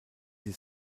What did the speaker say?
sie